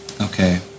Okay